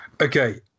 Okay